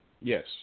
Yes